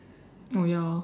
oh ya lor